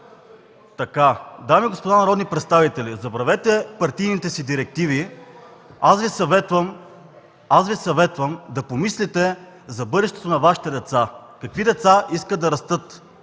Дами и господа народни представители, забравете партийните си директиви. Аз Ви съветвам да помислите за бъдещето на Вашите деца. (Реплики от ГЕРБ.) Какви деца искате да растат?